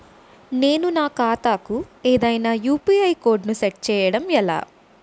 నేను నా ఖాతా కు ఏదైనా యు.పి.ఐ కోడ్ ను సెట్ చేయడం ఎలా?